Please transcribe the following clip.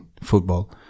football